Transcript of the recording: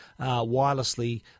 wirelessly